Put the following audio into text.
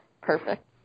Perfect